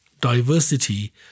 Diversity